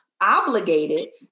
obligated